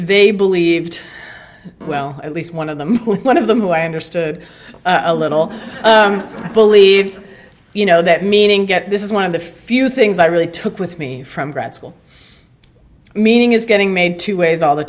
they believed well at least one of them one of them who i understood a little believed you know that meaning get this is one of the few things i really took with me from grad school meaning is getting made two ways all the